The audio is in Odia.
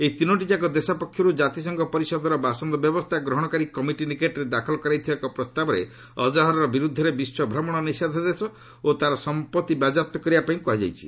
ଏହି ତିନୋଟିଯାକ ଦେଶ ପକ୍ଷରୁ ଜାତିସଂଘ ପରିଷଦର ବାସନ୍ଦ ବ୍ୟବସ୍ଥା ଗ୍ରହଣକାରୀ କମିଟି ନିକଟରେ ଦାଖଲ କରାଯାଇଥିବା ଏକ ପ୍ରସ୍ତାବରେ ଆଜ୍ହାର ବିରୁଦ୍ଧରେ ବିଶ୍ୱଭ୍ରମଣ ନିଷେଧାଦେଶ ଓ ତା'ର ସମ୍ପର୍ତି ବାକ୍ୟାପ୍ତ କରିବାପାଇଁ କୁହାଯାଇଛି